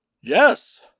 Yes